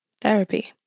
therapy